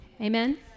Amen